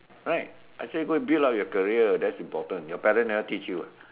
right I said go and build up your career that's important your parent never teach you ah